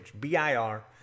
bir